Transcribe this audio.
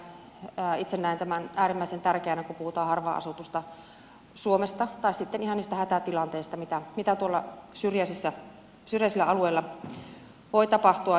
itse näen tämän äärimmäisen tärkeänä kun puhutaan harvaan asutusta suomesta tai sitten ihan niistä hätätilanteista mitä tuolla syrjäisillä alueilla voi tapahtua